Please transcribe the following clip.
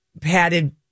padded